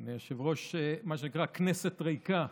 אדוני היושב-ראש, מה שנקרא כנסת ריקה,